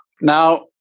Now